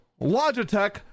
Logitech